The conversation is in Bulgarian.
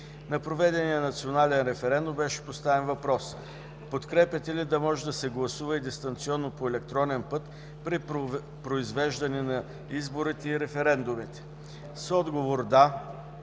На проведения национален референдум беше поставен въпрос: „Подкрепяте ли да може да се гласува и дистанционно по електронен път при произвеждане на изборите и референдумите?”. С отговор